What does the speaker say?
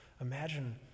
Imagine